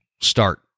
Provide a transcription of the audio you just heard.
start